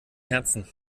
herzen